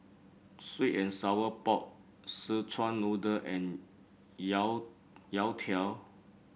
sweet and Sour Pork Szechuan Noodle and yao youtiao